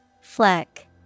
Fleck